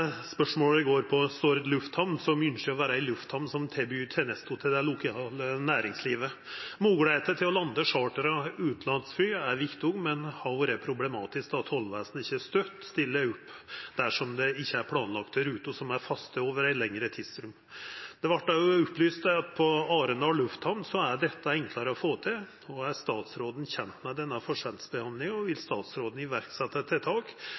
Spørsmålet er: «Stord lufthamn ynskjer å vere ei lufthamn som tilbyr tenester til det lokale næringslivet. Moglegheita til å landa chartra utanlandsfly er viktig, men har vore problematisk då Tollvesenet ikkje alltid stiller opp dersom det ikkje er planlagde ruter som er faste over eit lengre tidsrom. Det vert òg opplyst at på Arendal lufthamn så er dette enklare å få til. Er statsråden kjend med denne forskjellsbehandlinga, og vil statsråden iverksetje tiltak,